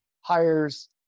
hires